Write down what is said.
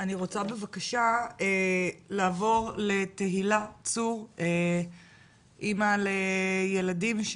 אני רוצה לעבור לתהילה צור, אימא לילדים.